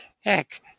heck